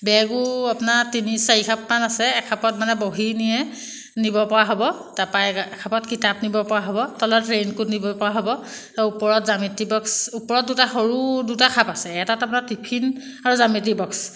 বেগো আপোনাৰ তিনি চাৰি খাপমান আছে এখাপত মানে বহী নিয়ে নিব পৰা হ'ব তাপা এখাপত কিতাপ নিব পৰা হ'ব তলত ৰেইনকোট নিব পৰা হ'ব ওপৰত জ্যামিটি বক্স ওপৰত দুটা সৰু দুটা খাপ আছে এটাত আপোনাৰ টিফিন আৰু জ্যামিটি বক্স